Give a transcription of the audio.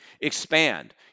expand